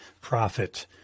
prophet